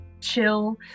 chill